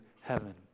heaven